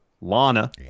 Lana